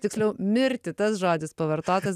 tiksliau mirti tas žodis pavartotas